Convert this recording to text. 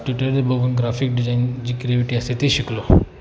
Twitter बघून graphic design जी creativity असते ती शिकलो